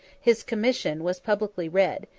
his commission was publicly read,